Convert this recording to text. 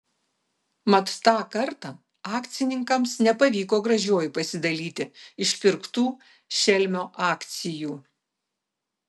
mat tą kartą akcininkams nepavyko gražiuoju pasidalyti išpirktų šelmio akcijų